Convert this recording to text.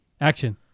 action